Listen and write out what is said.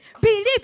believe